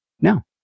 No